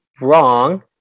wrong